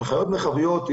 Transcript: הנחיות מרחביות,